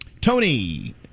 Tony